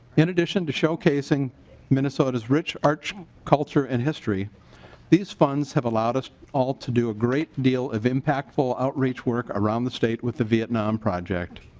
in addition to showcasing minnesota's rich arts culture and history these funds have allowed us all to do a great deal of impact for outreach work around the state with the vietnam project.